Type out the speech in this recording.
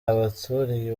abaturiye